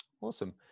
Awesome